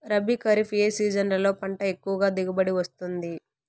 రబీ, ఖరీఫ్ ఏ సీజన్లలో పంట ఎక్కువగా దిగుబడి వస్తుంది